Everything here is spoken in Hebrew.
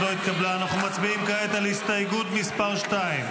קבוצת סיעת המחנה הממלכתי,